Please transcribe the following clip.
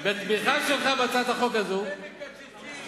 בתמיכה שלך בהצעת החוק הזאת, אתם מקצצים.